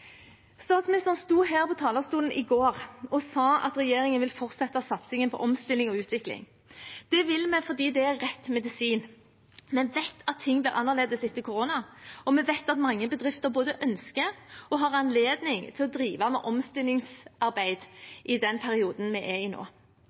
Statsministeren sto her på talerstolen i går og sa at regjeringen vil fortsette satsingen på omstilling og utvikling. Det vil vi fordi det er rett medisin. Vi vet at ting blir annerledes etter koronaen, og vi vet at mange bedrifter både ønsker og har anledning til å drive med omstillingsarbeid